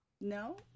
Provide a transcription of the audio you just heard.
No